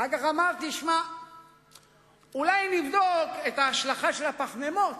אחר כך אמרתי, אולי נבדוק את ההשלכה של הפחמימות,